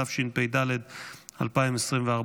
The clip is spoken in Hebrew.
התשפ"ד 2024,